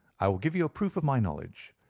i will give you a proof of my knowledge.